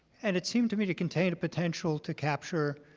and it seemed to me to contain a potential to capture